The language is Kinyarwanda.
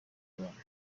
bantu